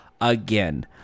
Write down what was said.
again